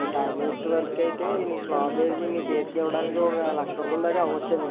ఈ తాపీ మేస్త్రి వర్క్ అయితే ఈ స్లాబ్ వేసి మీ చేతికి ఇవ్వటానికి ఒక లక్ష రూపాయలు దాకా అవ్వొచ్చండి